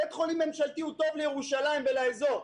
בית חולים ממשלתי טוב לירושלים ולאזור,